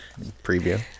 preview